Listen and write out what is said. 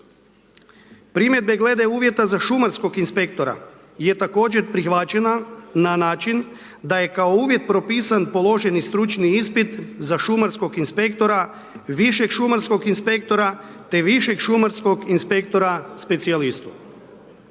Primjedbe glede uvjeta za šumarskog inspektora, je također prihvaćena na način da je kao uvjet propisan položeni stručni ispit za šumarskog inspektora, višeg šumarskog inspektora, te višeg šumarskog inspektora specijalistu.